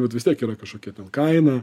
bet vis tiek yra kažkokia kaina